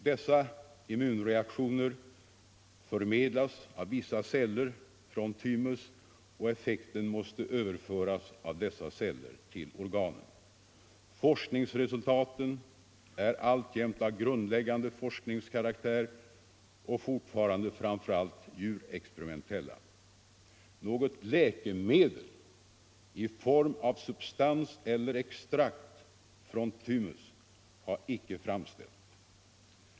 Dessa immunreaktioner förmedlas av vissa celler från thymus, och effekten måste överföras av dessa celler till organen. Forskningsresultaten är alltjämt av grundläggande forskningskaraktär och fortfarande framför allt djurexperimentella. Något läkemedel i form av substans eller extrakt från thymus har inte framställts.